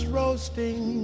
roasting